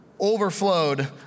overflowed